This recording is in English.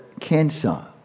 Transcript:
cancer